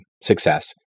success